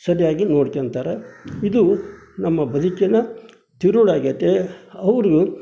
ಸರಿಯಾಗಿ ನೋಡ್ಕೋತಾರೆ ಇದು ನಮ್ಮ ಬದುಕಿನ ತಿರುಳಾಗೇತಿ ಅವರು